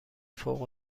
فوق